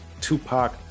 Tupac